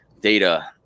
data